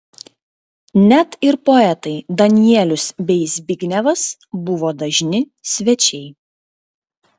net ir poetai danielius bei zbignevas buvo dažni svečiai